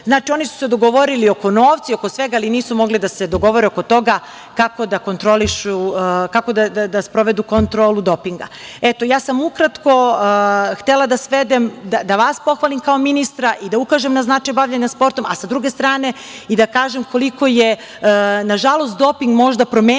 Znači, oni su se dogovorili oko novca i oko svega, ali nisu mogli da se dogovore oko toga kako da sprovedu kontrolu dopinga. Ja sam ukratko htela da vas pohvalim kao ministra i da ukažem na značaj bavljenja sportom, a sa druge strane i da kažem koliko je nažalost doping možda promenio